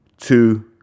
Two